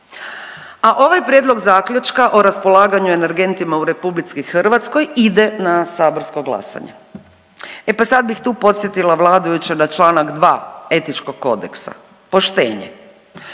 A ovaj Prijedlog zaključka o raspolaganju energentima u Republici Hrvatskoj ide na saborsko glasanje. E sada bih tu podsjetila vladajuće na članak 2. Etičkog kodeksa. Poštenje.